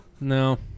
No